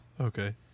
Okay